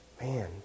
Man